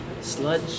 Sludge